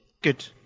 Good